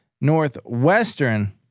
Northwestern